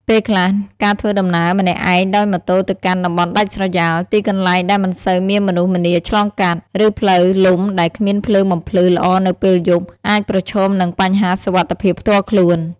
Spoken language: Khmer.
ពេលខ្លះ ការធ្វើដំណើរម្នាក់ឯងដោយម៉ូតូទៅកាន់ តំបន់ដាច់ស្រយាល ទីកន្លែងដែលមិនសូវមានមនុស្សម្នាឆ្លងកាត់ ឬផ្លូវលំដែលគ្មានភ្លើងបំភ្លឺល្អនៅពេលយប់ អាចប្រឈមនឹង បញ្ហាសុវត្ថិភាពផ្ទាល់ខ្លួន។